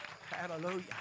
Hallelujah